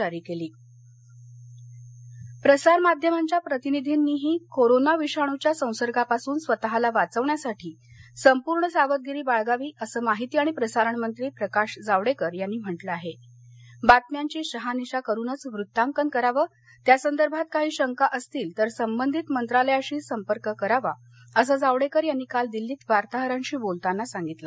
जावडेकर प्रसारमाध्यमांच्या प्रतिनिधींनीही कोरोना विषाणूच्या संसर्गापासून स्वतला वाचवण्यासाठी संपूर्ण सावधगिरी बाळगावी असं माहिती आणि प्रसारण मंत्री प्रकाश जावडक्कर यांनी म्हटलं आहा वितम्यांची शहनिशा करूनच वृत्तांकन करावं त्यासंदर्भात काही शंका असतील तर संबंधित मंत्रालयाशी संपर्क करावा असंही जावडक्क यांनी काल दिल्लीत वार्ताहरांशी बोलताना सांगितलं